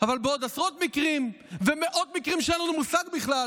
אבל יש עוד עשרות מקרים ומאות מקרים שבהם אין לנו מושג בכלל